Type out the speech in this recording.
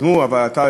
אבל אתה,